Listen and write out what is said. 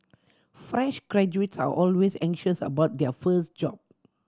fresh graduates are always anxious about their first job